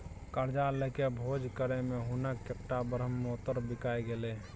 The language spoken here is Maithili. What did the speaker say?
करजा लकए भोज करय मे हुनक कैकटा ब्रहमोत्तर बिका गेलै